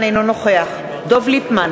אינו נוכח דב ליפמן,